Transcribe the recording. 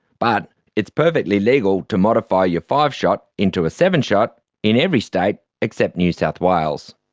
but it's perfectly legal to modify your five-shot into a seven-shot in every state except new south wales.